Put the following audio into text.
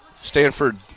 Stanford